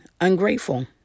ungrateful